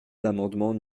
l’amendement